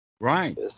Right